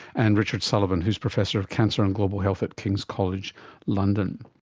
and richard sullivan who is professor of cancer and global health at king's college london